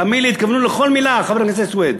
תאמין לי, התכוונו לכל מילה, חבר הכנסת סוייד.